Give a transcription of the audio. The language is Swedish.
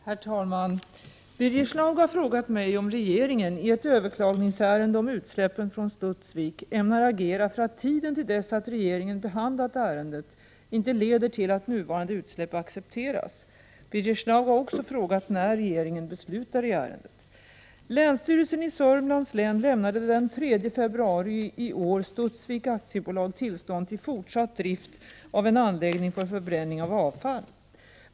Herr talman! Birger Schlaug har frågat mig om regeringen, i ett överklag ningsärende om utsläppen från Studsvik, ämnar agera för att tiden tills dess att regeringen behandlat ärendet inte leder till att nuvarande utsläpp accepteras. Birger Schlaug har frågat när regeringen beslutar i ärendet. Länsstyrelsen i Södermanlands län lämnade den 3 februari i år Studsvik AB tillstånd till fortsatt drift av en anläggning för förbrännng av avfall.